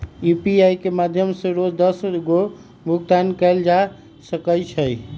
UPI के माध्यम से रोज दस गो भुगतान कयल जा सकइ छइ